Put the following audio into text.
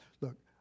look